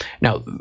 Now